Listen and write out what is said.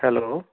hello